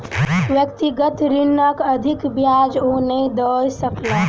व्यक्तिगत ऋणक अधिक ब्याज ओ नै दय सकला